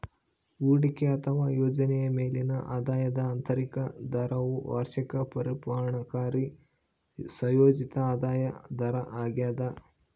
ಹೂಡಿಕೆ ಅಥವಾ ಯೋಜನೆಯ ಮೇಲಿನ ಆದಾಯದ ಆಂತರಿಕ ದರವು ವಾರ್ಷಿಕ ಪರಿಣಾಮಕಾರಿ ಸಂಯೋಜಿತ ಆದಾಯ ದರ ಆಗ್ಯದ